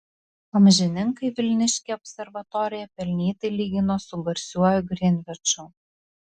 amžininkai vilniškę observatoriją pelnytai lygino su garsiuoju grinviču